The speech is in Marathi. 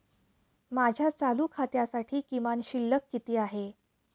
माझ्या चालू खात्यासाठी किमान शिल्लक किती आहे?